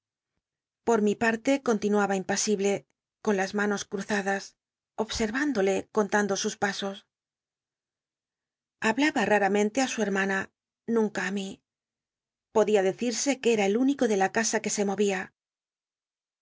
por mi lmi'ie continuaba impnsihle con las manos c uzadas obsenindole contando sus pasos hablaba raramente á su betmana nunca a mí podía decirse que e a el único de la casa que se mo ia